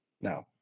no